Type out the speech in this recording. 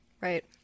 right